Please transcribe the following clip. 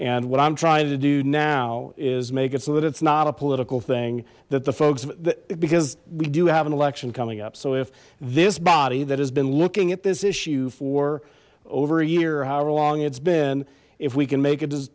and what i'm trying to do now is make it so that it's not a political thing that the folks because we do have an election coming up so if this body that has been looking at this issue for over a year however long it's been if we can make